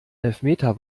elfmeter